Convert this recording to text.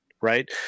right